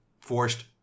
Forced